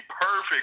perfect